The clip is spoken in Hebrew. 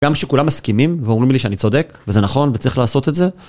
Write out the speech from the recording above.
גם שכולם מסכימים ואומרים לי שאני צודק וזה נכון וצריך לעשות את זה.